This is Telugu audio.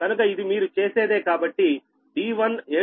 కనుక ఇది మీరు చేసేదే కాబట్టి d1 7